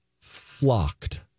Flocked